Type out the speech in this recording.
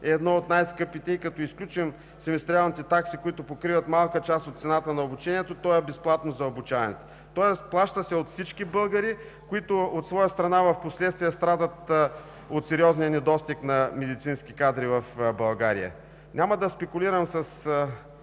е едно от най-скъпите, и като изключим семестриалните такси, които покриват малка част от цената на обучението, то е безплатно за обучаваните, тоест плаща се от всички българи, които, от своя страна, впоследствие страдат от сериозния недостиг на медицински кадри в България. Няма да спекулирам с